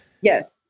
Yes